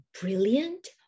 brilliant